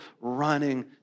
running